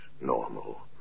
normal